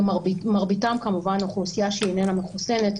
מרביתם כמובן אוכלוסייה שאיננה מחוסנת.